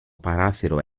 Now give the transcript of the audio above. παράθυρο